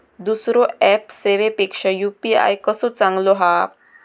दुसरो ऍप सेवेपेक्षा यू.पी.आय कसो चांगलो हा?